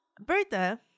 Bertha